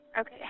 Okay